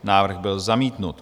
Návrh byl zamítnut.